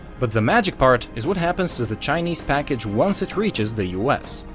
but the magic part is what happens to the chinese package once it reaches the us.